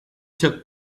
took